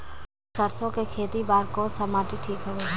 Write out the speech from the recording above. सरसो के खेती बार कोन सा माटी ठीक हवे?